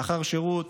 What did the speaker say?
לאחר שירות